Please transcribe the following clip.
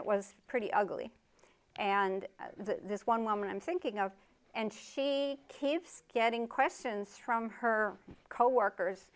it was pretty ugly and this one woman i'm thinking of and she caves getting questions from her coworkers